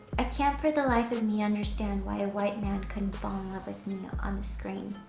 ah can't for the life of me understand why a white man couldn't fall in love with me on the screen.